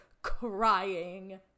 crying